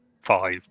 Five